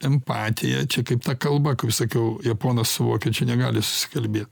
empatija kaip ta kalba kur sakiau japonas su vokiečiu negali susikalbė